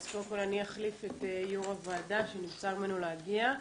אני אחליף את יו"ר הוועדה שנבצר ממנו להגיע.